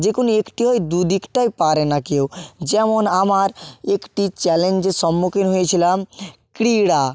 যে কোনো একটি হয় দুদিকটাই পারে না কেউ যেমন আমার একটি চ্যালেঞ্জের সম্মুখীন হয়েছিলাম ক্রীড়া